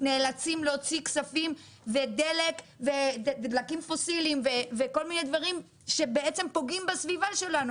נאלצים להוציא כספים ודלקים וכל מיני דברים שפוגעים בסביבה שלנו.